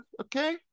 Okay